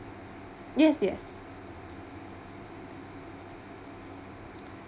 yes yes